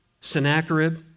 Sennacherib